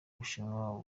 bushinwa